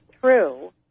true